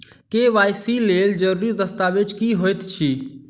KYC लेल जरूरी दस्तावेज की होइत अछि?